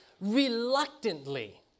reluctantly